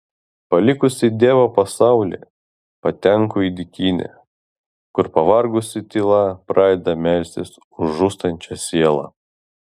palikusi dievo pasaulį patenku į dykynę kur pavargusi tyla pradeda melstis už žūstančią sielą